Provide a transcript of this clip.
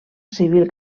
civil